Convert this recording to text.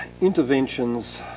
interventions